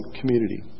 community